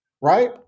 Right